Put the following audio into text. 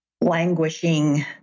languishing